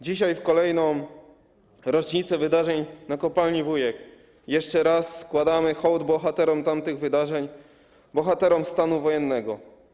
Dzisiaj, w kolejną rocznicę wydarzeń w kopalni Wujek, jeszcze raz składamy hołd bohaterom tamtych wydarzeń, bohaterom stanu wojennego.